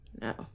No